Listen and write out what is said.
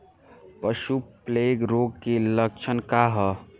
पशु प्लेग रोग के लक्षण का ह?